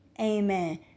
Amen